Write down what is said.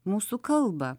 mūsų kalbą